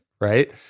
right